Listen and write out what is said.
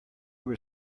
were